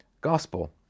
Gospel